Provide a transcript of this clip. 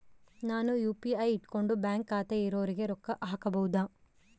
ನಾನು ಯು.ಪಿ.ಐ ಇಟ್ಕೊಂಡು ಬ್ಯಾಂಕ್ ಖಾತೆ ಇರೊರಿಗೆ ರೊಕ್ಕ ಹಾಕಬಹುದಾ?